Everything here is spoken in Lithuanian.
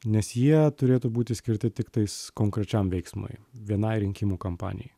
nes jie turėtų būti skirti tiktais konkrečiam veiksmui vienai rinkimų kampanijai